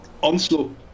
Onslaught